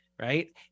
Right